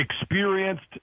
experienced